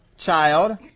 child